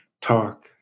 talk